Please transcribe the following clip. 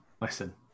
Listen